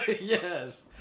yes